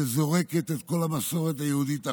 שזורקת את כל המסורת היהודית אחורה.